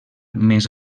més